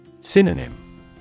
Synonym